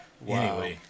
Wow